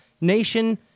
Nation